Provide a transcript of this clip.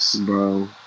Bro